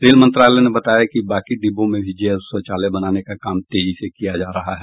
rail मंत्रालय ने बताया कि बाकी डिब्बों में भी जैव शौचालय बनाने का काम तेजी से किया जा रहा है